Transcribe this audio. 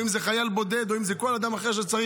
או אם זה חייל בודד או אם זה כל אדם אחר שצריך,